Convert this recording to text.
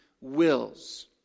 wills